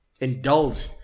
indulge